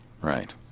right